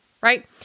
right